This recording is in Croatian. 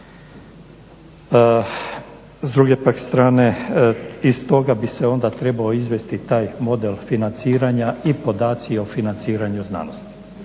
S druge pak strane iz toga bi se onda trebao izvesti taj model financiranja i podaci o financiranju znanosti.